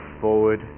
forward